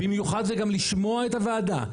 במיוחד וגם לשמוע את הוועדה,